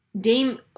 Dame